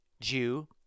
Jew